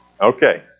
Okay